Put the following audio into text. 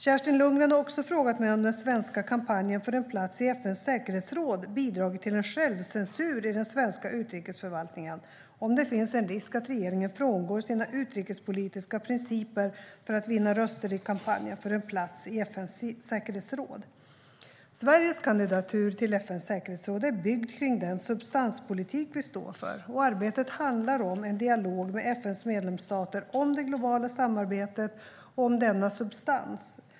Kerstin Lundgren har också frågat mig om den svenska kampanjen för en plats i FN:s säkerhetsråd har bidragit till en självcensur i den svenska utrikesförvaltningen och om det finns en risk att regeringen frångår sina utrikespolitiska principer för att vinna röster i kampanjen för en plats i FN:s säkerhetsråd. Sveriges kandidatur till FN:s säkerhetsråd är byggd kring den substans-politik vi står för, och arbetet handlar om en dialog med FN:s medlemsstater om det globala samarbetet och om denna substans.